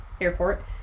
airport